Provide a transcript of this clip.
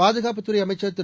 பாதுகாப்புத்துறை அமைச்சர் திரு